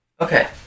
Okay